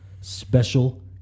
Special